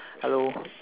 hello